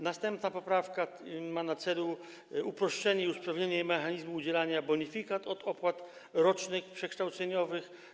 Następna poprawka ma na celu uproszczenie i usprawnienie mechanizmu udzielania bonifikat od rocznych opłat przekształceniowych.